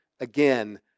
again